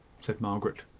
said margaret.